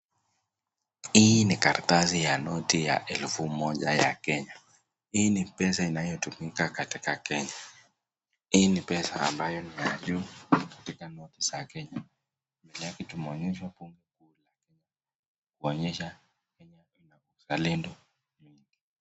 Hii ni karatasi ya noti ya elfu moja ya Kenya, hii ni pesa inayotumika katika Kenya. Hii ni pesa ambayo ni ya juu katika noti za Kenya, mbele tumeonyeshwa jengo kuu la Kenya kuonyesha Kenya ina uzalendo mingi.